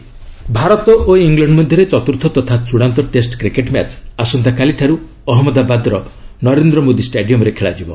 cricket Bharat ଓ England ମଧ୍ୟରେ ଚତୁର୍ଥ ତଥା ଚୂଡ଼ାନ୍ତ ଟେଷ୍ଟ କ୍ରିକେଟ୍ ମ୍ୟାଚ୍ ଆସନ୍ତାକାଲିଠାରୁ ଅହମ୍ମଦାବାଦର ନରେନ୍ଦ୍ର ମୋଦୀ ଷ୍ଟାଡିୟମ୍ରେ ଖେଳାଯିବ